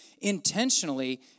intentionally